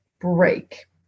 break